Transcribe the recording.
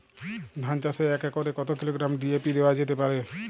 ধান চাষে এক একরে কত কিলোগ্রাম ডি.এ.পি দেওয়া যেতে পারে?